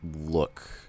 look